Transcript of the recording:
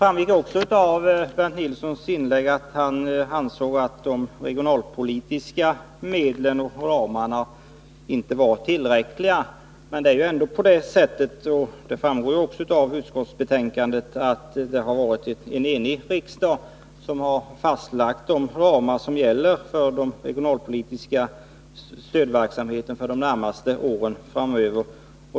Av Bernt Nilssons inlägg framgick att han anser att de regionalpolitiska medlen och ramarna inte är tillräckliga. Det bör då noteras, vilket också görs i utskottsbetänkandet, att det är en enig riksdag som har fastlagt de ramar som gäller för den regionalpolitiska stödverksamheten de närmaste åren framöver.